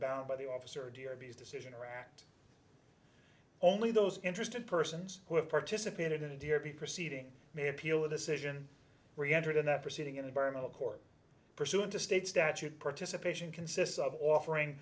bound by the office or d or b s decision or act only those interested persons who have participated in a deer be proceeding may appeal a decision were entered in that proceeding in environmental court pursuant to state statute participation consists of offering